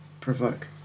provoke